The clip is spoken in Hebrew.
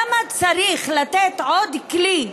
למה צריך לתת עוד כלי,